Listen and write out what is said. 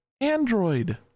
Android